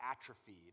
atrophied